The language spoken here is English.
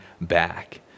back